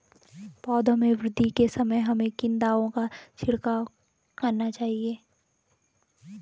पौधों में वृद्धि के समय हमें किन दावों का छिड़काव करना चाहिए?